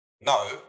no